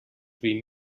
vint